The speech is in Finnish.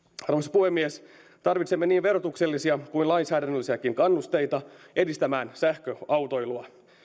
puhemies tarvitsemme niin verotuksellisia kuin lainsäädännöllisiäkin kannusteita edistämään sähköautoilua